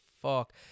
fuck